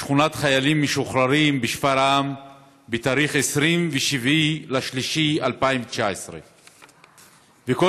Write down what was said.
לשכונת חיילים משוחררים בשפרעם ב-27 במרס 2019. כל